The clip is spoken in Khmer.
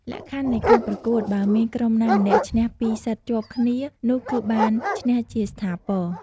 លក្ខខណ្ឌនៃការប្រកួតបើមានក្រុមណាមួយឈ្នះ ២ សិតជាប់គ្នានោះគឺបានឈ្នះជាស្ថាពរ ។